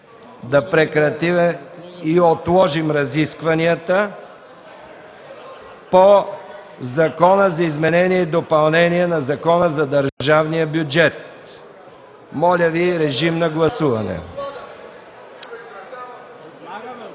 да прекратим и отложим разискванията по Закона за изменение и допълнение на Закона за държавния бюджет. ЦВЕТОМИР МИХОВ